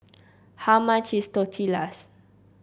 how much is Tortillas